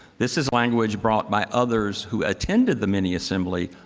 this is language brought by others who attended the mini-assembly,